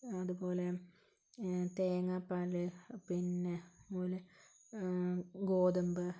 അതുപോലെ തേങ്ങാപ്പാൽ പിന്നെ അതുപോലെ ഗോതമ്പ്